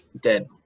dead